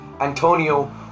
Antonio